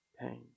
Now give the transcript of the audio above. pain